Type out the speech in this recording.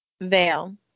Veil